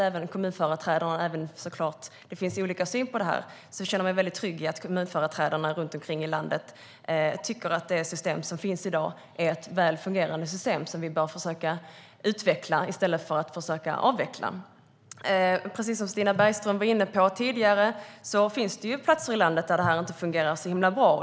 Även om det finns olika syn på det här känner jag mig väldigt trygg i att kommunföreträdarna runt omkring i landet tycker att det system som finns i dag är ett väl fungerande system som vi bör försöka utveckla i stället för att avveckla. Precis som Stina Bergström var inne på tidigare finns det platser i landet där det här inte fungerar så himla bra.